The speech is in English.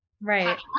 right